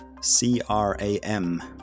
C-R-A-M